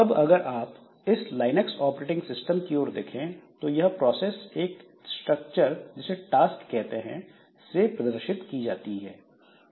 अब अगर आप इस लाइनक्स ऑपरेटिंग सिस्टम की ओर देखें तो यह प्रोसेस एक स्ट्रक्चर जिसे टास्क कहते हैं से प्रदर्शित की जाती है